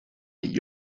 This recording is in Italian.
gli